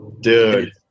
Dude